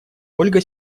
ольга